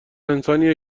انسانیه